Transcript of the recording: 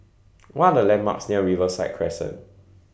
What Are The landmarks near Riverside Crescent